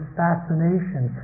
fascination